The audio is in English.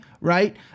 right